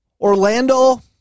Orlando